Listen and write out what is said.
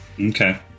Okay